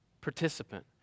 participant